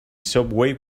subway